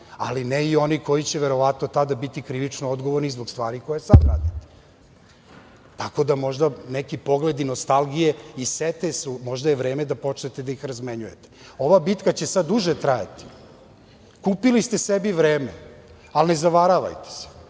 ali ne i oni koji će verovatno tada biti krivično odgovorni zbog stvari koje sada rade. Tako da, možda neki pogledi nostalgije i ste se, možda je vreme da počnete da ih razmenjujete. Ova bitka će sada duže trajati. Kupili ste sebi vreme, ali ne zavaravajte se,